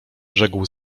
rzekł